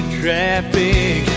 traffic